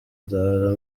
nzahora